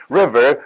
river